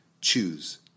Choose